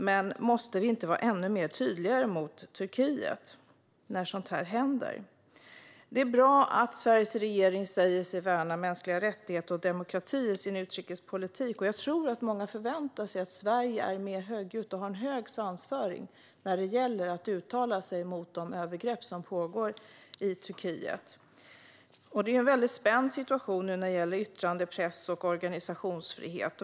Men måste vi inte vara ännu mer tydliga mot Turkiet när sådant här händer? Det är bra att Sveriges regering säger sig värna mänskliga rättigheter och demokrati i sin utrikespolitik. Jag tror att många förväntar sig att Sveriges regering är mer högljudd och har en hög svansföring när det gäller att uttala sig mot de övergrepp som pågår i Turkiet. Det är en spänd situation när det gäller yttrande-, press och organisationsfrihet.